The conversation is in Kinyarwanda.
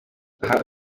aha